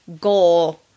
goal